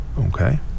okay